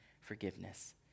forgiveness